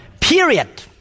Period